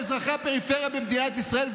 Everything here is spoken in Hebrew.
באזרחי הפריפריה במדינת ישראל,